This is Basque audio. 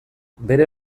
bere